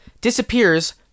disappears